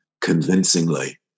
convincingly